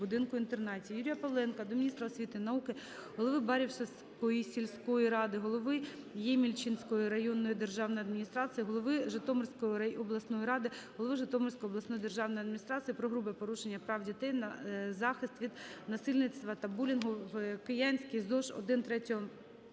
будинку-інтернаті. Юрія Павленка до міністра освіти і науки, голови Барашівської сільської ради, голови Ємільчинської районної державної адміністрації, голови Житомирської обласної ради, голови Житомирської обласної державної адміністрації про грубе порушення прав дітей на захист від насильства та булінгу у Киянській ЗОШ